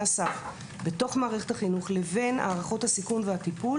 הסף בתוך מערכת החינוך לבין הערכות הסיכון והטיפול